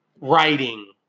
writing